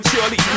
Surely